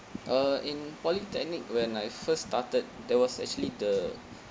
uh in polytechnic when I first started there was actually the